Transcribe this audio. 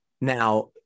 Now